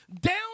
down